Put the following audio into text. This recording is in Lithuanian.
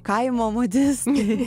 kaimo modistai